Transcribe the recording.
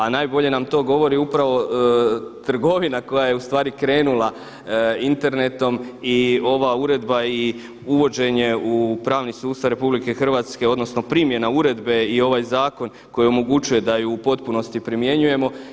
A najbolje nam to govori upravo trgovina koja je u stvari krenula internetom i ova uredba i uvođenje u pravni sustav RH, odnosno primjena uredbe i ovaj zakon koji omogućuje da je u potpunosti primjenjujemo.